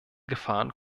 gefahren